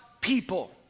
people